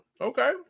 Okay